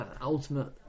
ultimate